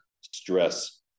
stress